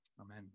Amen